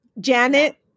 Janet